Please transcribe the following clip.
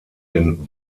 den